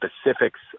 specifics